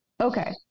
Okay